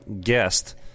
guest